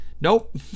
Nope